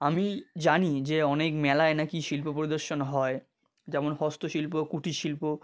আমি জানি যে অনেক মেলায় নাকি শিল্প পরিদর্শন হয় যেমন হস্ত শিল্প কুটির শিল্প